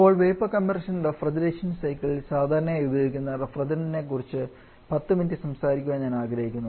ഇപ്പോൾ vapour compression refrigeration സൈക്കിളിൽ സാധാരണയായി ഉപയോഗിക്കുന്ന റഫ്രിജറന്റിനെക്കുറിച്ച് 10 മിനിറ്റ് സംസാരിക്കാൻ ഞാൻ ആഗ്രഹിക്കുന്നു